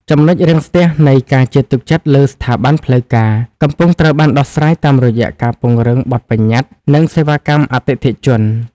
ចំណុចរាំងស្ទះនៃ "ការជឿទុកចិត្តលើស្ថាប័នផ្លូវការ" កំពុងត្រូវបានដោះស្រាយតាមរយៈការពង្រឹងបទប្បញ្ញត្តិ និងសេវាកម្មអតិថិជន។